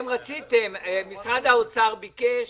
משרד האוצר ביקש